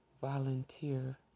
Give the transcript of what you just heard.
Volunteer